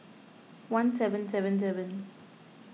one seven seven seven